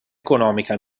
economica